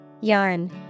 Yarn